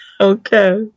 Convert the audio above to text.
Okay